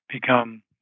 become